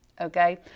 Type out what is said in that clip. Okay